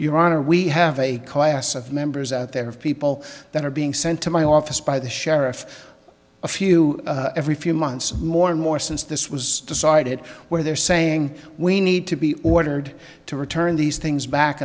your honor we have a class of members out there of people that are being sent to my office by the sheriff a few every few months more and more since this was decided where they're saying we need to be ordered to return these things back